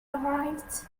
arrived